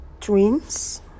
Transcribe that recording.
twins